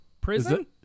Prison